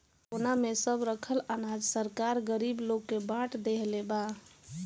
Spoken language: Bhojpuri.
कोरोना में सब रखल अनाज सरकार गरीब लोग के बाट देहले बा